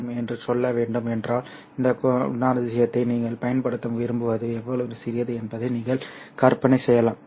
M என்று சொல்ல வேண்டும் என்றால் இந்த குணாதிசயத்தை நீங்கள் பயன்படுத்த விரும்புவது எவ்வளவு சிறியது என்பதை நீங்கள் கற்பனை செய்யலாம்